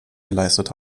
geleistet